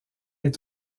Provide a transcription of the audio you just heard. est